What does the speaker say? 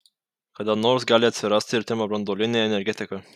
kada nors gali atsirasti ir termobranduolinė energetika